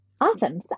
Awesome